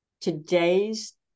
Today's